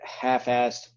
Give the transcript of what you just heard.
half-assed